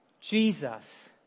Jesus